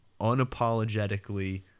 unapologetically